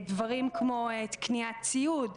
דברים כמו קניית ציוד.